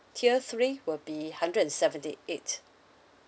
tier three will be hundred and seventy eight